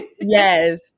yes